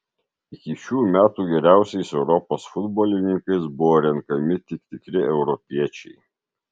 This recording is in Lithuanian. iki šių metų geriausiais europos futbolininkais buvo renkami tik tikri europiečiai